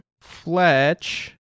Fletch